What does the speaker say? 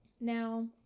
Now